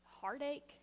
heartache